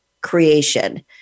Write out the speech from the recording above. creation